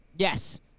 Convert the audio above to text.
yes